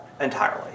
entirely